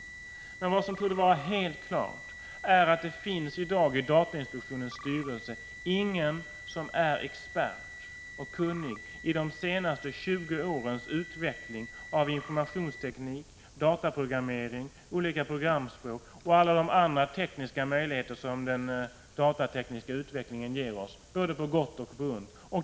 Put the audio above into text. Vad som emellertid torde vara helt klart är att det i dag i datainspektionens styrelse inte finns någon som är expert och kunnig i de senaste 20 årens utveckling av informationsteknik, dataprogrammering, olika programspråk eller alla de andra tekniska möjligheter som den datatekniska utvecklingen ger oss, både på gott och ont.